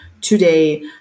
today